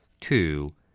two